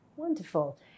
Wonderful